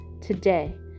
today